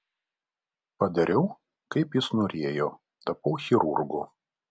padariau kaip jis norėjo tapau chirurgu